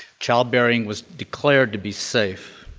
child bearing was declared to be safe.